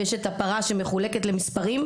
וכמו הפרה שמחולקת לנתחים,